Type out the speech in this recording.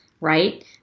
right